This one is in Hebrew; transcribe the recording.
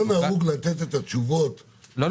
לא נהוג לתת את התשובות --- לא,